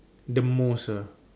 the most ah